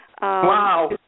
Wow